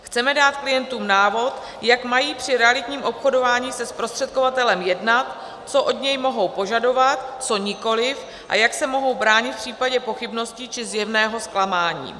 Chceme dát klientům návod, jak mají při realitním obchodování se zprostředkovatelem jednat, co od něj mohou požadovat, co nikoliv a jak se mohou bránit v případě pochybností či zjevného zklamání.